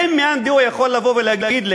האם מאן דהוא יכול לבוא ולהגיד לי,